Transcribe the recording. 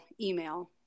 email